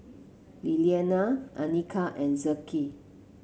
Liliana Anika and Zeke